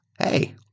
hey